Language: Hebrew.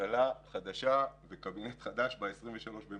ממשלה חדשה וקבינט חדש ב-27 במאי,